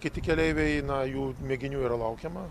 kiti keleiviai na jų mėginių yra laukiama